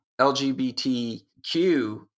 LGBTQ